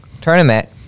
tournament